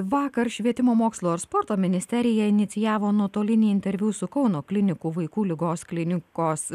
vakar švietimo mokslo ir sporto ministerija inicijavo nuotolinį interviu su kauno klinikų vaikų ligos klinikos